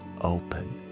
open